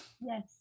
Yes